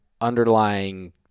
underlying